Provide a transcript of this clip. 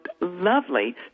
lovely